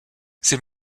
ces